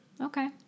Okay